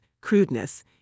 crudeness